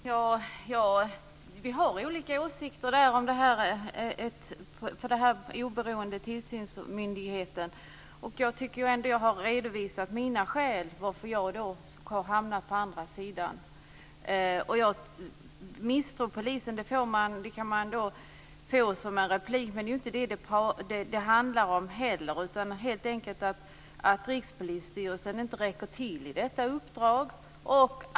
Herr talman! Vi har olika åsikter om den oberoende tillsynsmyndigheten. Jag tycker att jag har redovisat mina skäl till att jag har hamnat på andra sidan. Det handlar inte om att jag misstror polisen, utan helt enkelt om att Rikspolisstyrelsen inte räcker till för detta uppdrag.